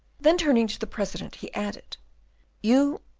then, turning to the president, he added you,